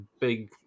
big